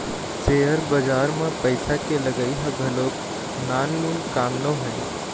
share बजार म पइसा के लगई ह घलोक नानमून काम नोहय